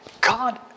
God